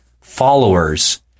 followers